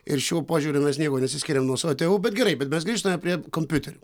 ir šiuo požiūriu mes niekuo nesiskiriam nuo savo tėvų bet gerai bet mes grįžtame prie kompiuterių